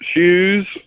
Shoes